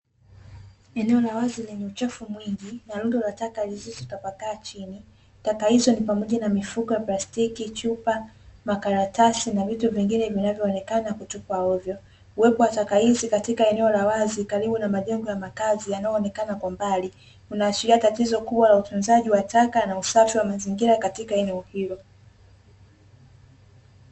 Eneo la wazi lenye uchafu mwingi, na rundo la taka zilizotapakaa chini. Taka hizo ni pamoja na mifuko ya plastiki, chupa, makaratasi, na vitu vingine vinavyoonekana kutupwa ovyo. Uwepo wa taka hizi katika eneo la wazi karibu na majengo ya makazi yanayoonekana kwa mbali, unaashiria tatizo kubwa la utunzaji wa taka, na usafi wa mazingira katika eneo hilo.